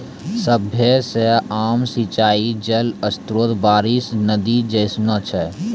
सभ्भे से आम सिंचाई जल स्त्रोत बारिश, नदी जैसनो छै